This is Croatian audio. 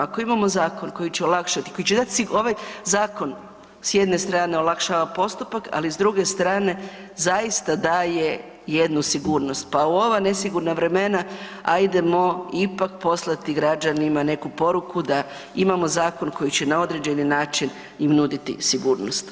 Ako imamo zakon koji će olakšati, ovaj zakon s jedne strane olakšava postupak, ali s druge strane zaista daje jednu sigurnost, pa u ova nesigurna vremena ajdemo ipak poslati građanima neku poruku da imamo zakon koji će na određeni način im nuditi sigurnost.